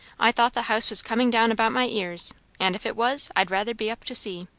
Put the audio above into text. i thought the house was coming down about my ears and if it was, i'd rather be up to see.